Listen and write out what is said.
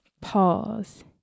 pause